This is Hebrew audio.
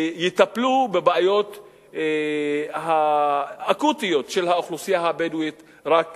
יטפלו בבעיות האקוטיות של האוכלוסייה הבדואית רק בנגב.